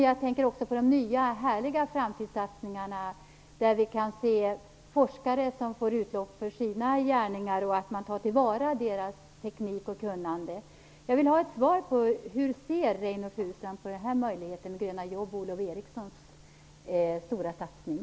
Jag tänker också på de nya, härliga framtidsatsningarna där vi kan se forskare som får utlopp för sina gärningar och där man tar till vara deras teknik och kunnande. Jag vill ha ett svar på frågan om hur Reynoldh Furustrand ser på möjligheten med gröna jobb och Olof Erikssons stora satsning.